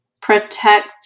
protect